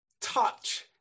touch